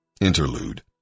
Interlude